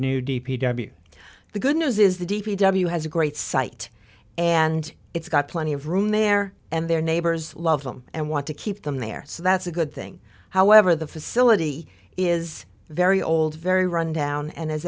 p w the good news is the d p w has a great site and it's got plenty of room there and their neighbors love them and want to keep them there so that's a good thing however the facility is very old very rundown and as